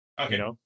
Okay